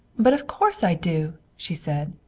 but of course i do! she said.